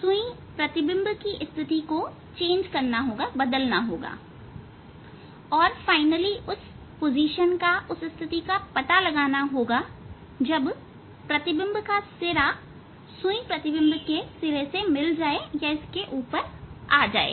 सुई प्रतिबिंब की स्थिति को बदलना होगा और उस स्थिति का पता लगाना होगा जब प्रतिबिंब का सिरा सुई प्रतिबिंब के सिर के ऊपर आ जाए